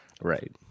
Right